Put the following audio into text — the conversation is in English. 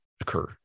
occur